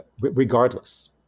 Regardless